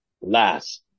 last